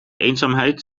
eenzaamheid